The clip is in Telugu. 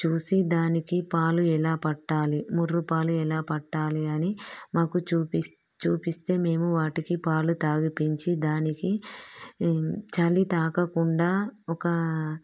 చూసి దానికి పాలు ఎలా పట్టాలి ముర్రు పాలు ఎలా పట్టాలి అని మాకు చూపిస్ చూపిస్తే మేము వాటికి పాలు తాగిపించి దానికి చలి తాకకుండా ఒక